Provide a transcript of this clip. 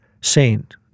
saint